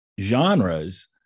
genres